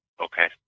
Okay